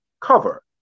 cover